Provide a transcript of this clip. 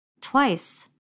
Twice